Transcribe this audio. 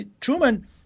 Truman